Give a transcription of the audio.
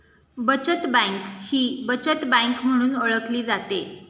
बचत बँक ही बचत बँक म्हणून ओळखली जाते